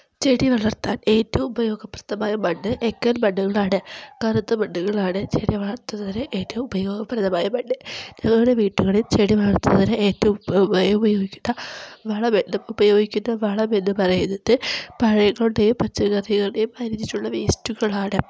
ചെടി വളർത്താൻ ഏറ്റവും ഉപയോഗപ്രദമായ മണ്ണ് എക്കൽ മണ്ണുകളാണ് കറുത്ത മണ്ണുകളാണ് ചെടി വളർത്തുന്നതിന് ഏറ്റവും ഉപയോഗപ്രദമായ മണ്ണ് ഞങ്ങളുടെ വീട്ടുകളിൽ ചെടി വളർത്തുന്നതിന് ഏറ്റവും ഉപയോഗിക്കുന്ന വളമെന്ന് ഉപയോഗിക്കുന്ന വളമെന്ന് പറയുന്നത് പഴങ്ങളുടെയും പച്ചക്കറികളുടെയും അരിഞ്ഞിട്ടുള്ള വേസ്റ്റുകളാണ്